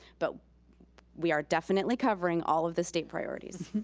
but we are definitely covering all of the state priorities.